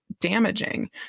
damaging